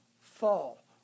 fall